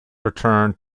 returned